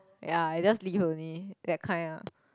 ya I just leave only that kind ah